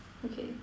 okay